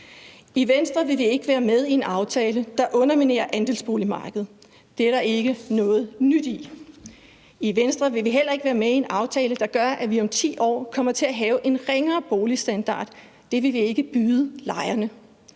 I Venstre vil vi ikke være med i en aftale, der underminerer andelsboligmarkedet. Det er der ikke noget nyt i. I Venstre vil vi heller ikke være med i en aftale, der gør, at vi om 10 år kommer til at have en ringere boligstandard – det vil vi ikke byde lejerne.